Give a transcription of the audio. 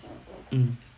mm